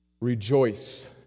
Rejoice